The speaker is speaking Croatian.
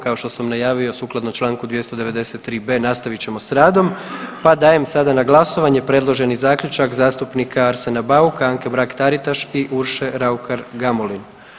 Kao što sam najavio sukladno čl. 293.b. nastavit ćemo s radom, pa dajem sada na glasovanje predloženi zaključak zastupnika Arsena Bauka, Anke Mrak-Taritaš i Urše Raukar Gamulin.